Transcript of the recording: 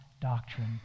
doctrine